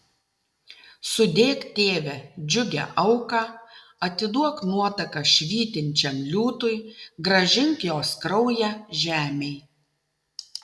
sudėk tėve džiugią auką atiduok nuotaką švytinčiam liūtui grąžink jos kraują žemei